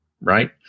right